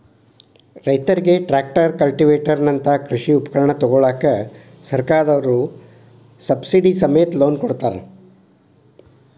ರೈತರಿಗೆ tractor, cultivator ನಂತ ಕೃಷಿ ಉಪಕರಣ ತೊಗೋಳಾಕ ಸರ್ಕಾರದವ್ರು ಸಬ್ಸಿಡಿ ಸಮೇತ ಲೋನ್ ಕೊಡ್ತಾರ